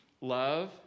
Love